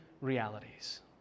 realities